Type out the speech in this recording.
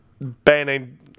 banning